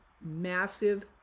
massive